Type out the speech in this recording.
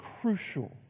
crucial